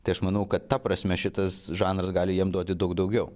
tai aš manau kad ta prasme šitas žanras gali jiem duoti daug daugiau